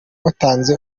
batanze